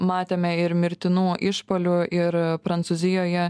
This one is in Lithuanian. matėme ir mirtinų išpuolių ir prancūzijoje